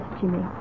Jimmy